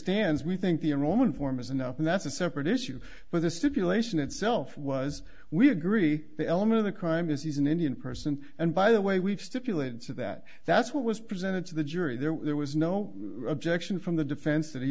stands we think the in roman form is enough and that's a separate issue but the stipulation itself was we agree the element of the crime is he's an indian person and by the way we've stipulated to that that's what was presented to the jury there was no objection from the defense that he